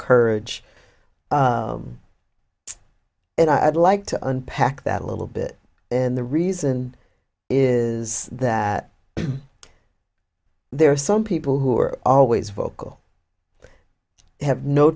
courage and i'd like to unpack that a little bit and the reason is that there are some people who are always vocal have no